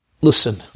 Listen